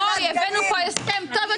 הבאנו לכאן הסכם טוב.